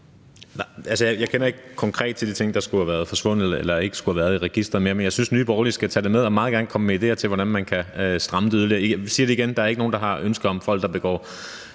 Jeg kender ikke konkret til de ting, der skulle være forsvundet eller ikke længere skulle være at finde i registeret, men jeg synes, at Nye Borgerlige skal tage det med og meget gerne komme med idéer til, hvordan man kan stramme det yderligere. Jeg vil sige det igen: Der er ikke nogen, der har et ønske om, at folk, der begår